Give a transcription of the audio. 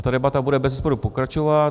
Ta debata bude bezesporu pokračovat.